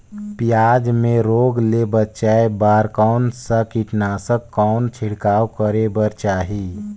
पियाज मे रोग ले बचाय बार कौन सा कीटनाशक कौन छिड़काव करे बर चाही?